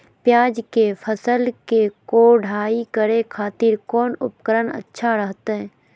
प्याज के फसल के कोढ़ाई करे खातिर कौन उपकरण अच्छा रहतय?